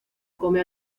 come